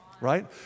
right